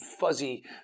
fuzzy